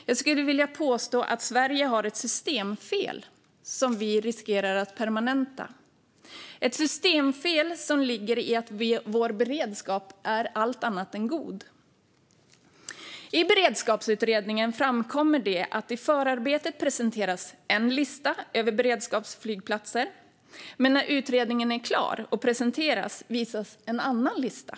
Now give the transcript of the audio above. Jag skulle vilja påstå att Sverige har ett systemfel som vi riskerar att permanenta, ett systemfel som ligger i att vår beredskap är allt annat än god. I denna beredskapsutredning framkommer att det i förarbetet presenteras en lista över beredskapsflygplatser. Men när utredningen är klar och presenteras visas en annan lista.